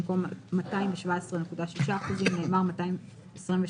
במקום "217.6%" נאמר "223%".